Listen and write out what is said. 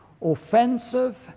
offensive